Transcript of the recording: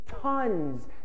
tons